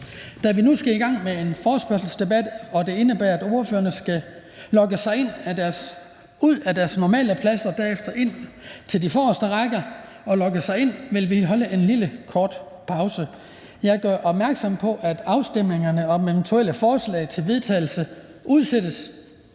Da vi nu skal i gang med en forespørgselsdebat, og det indebærer, at ordførerne skal logge sig af deres normale pladser og derefter rykke frem på de forreste rækker og logge sig ind, holder vi lige en kort pause. Jeg gør opmærksom på, at afstemningen om eventuelle forslag til vedtagelse udsættes